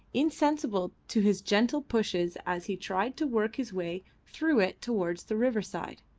insensible to his gentle pushes as he tried to work his way through it towards the riverside.